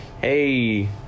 Hey